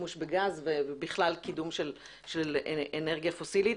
ושימוש בגז ובכלל קידום של אנרגיה פוסילית.